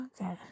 okay